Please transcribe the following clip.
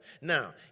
Now